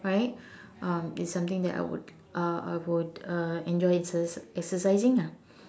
right um it's something that I would uh I would uh enjoy exer~ exercising ah